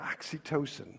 oxytocin